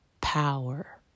power